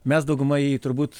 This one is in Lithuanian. mes dauguma jį turbūt